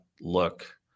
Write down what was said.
look